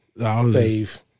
fave